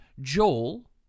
Joel